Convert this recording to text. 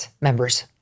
members